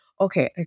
okay